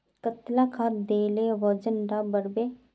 कतला खाद देले वजन डा बढ़बे बे?